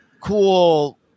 cool